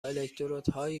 الکترودهایی